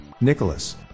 Nicholas